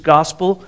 Gospel